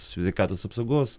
sveikatos apsaugos